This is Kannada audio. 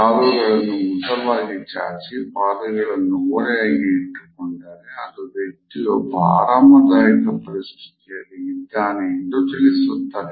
ಕಾಲುಗಳನ್ನು ಉದ್ದವಾಗಿ ಚಾಚಿ ಪಾದಗಳನ್ನು ಓರೆಯಾಗಿ ಇಟ್ಟುಕೊಂಡರೆ ಅದು ವ್ಯಕ್ತಿಯೊಬ್ಬ ಆರಾಮದಾಯಕ ಪರಿಸ್ಥಿತಿಯಲ್ಲಿ ಇದ್ದಾನೆ ಎಂದು ತಿಳಿಸುತ್ತದೆ